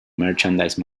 merchandise